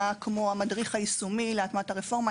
כמו המדריך היישומי להטמעת הרפורמה,